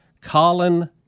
Colin